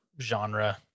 genre